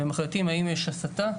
ומחליטים האם יש הסתה.